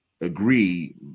agree